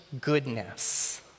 goodness